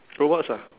robots ah